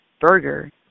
burger